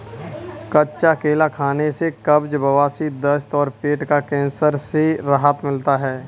कच्चा केला खाने से कब्ज, बवासीर, दस्त और पेट का कैंसर से राहत मिलता है